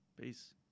Peace